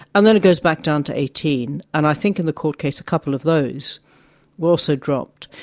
and then it goes back down to eighteen. and i think in the court case a couple of those were also dropped.